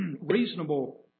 reasonable